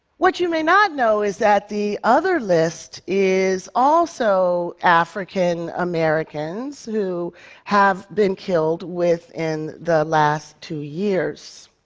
what you may not know is that the other list is also african-americans who have been killed within the last two years.